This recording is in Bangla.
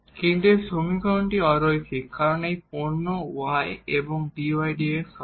কিন্তু এই সমীকরণটি অ লিনিয়ার কারণ এই পোডাক্ট y এবং dydx হবে